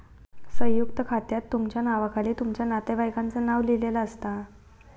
संयुक्त खात्यात तुमच्या नावाखाली तुमच्या नातेवाईकांचा नाव लिहिलेला असता